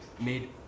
made